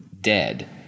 dead